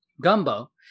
Gumbo